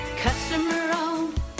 Customer-owned